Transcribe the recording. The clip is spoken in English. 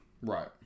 Right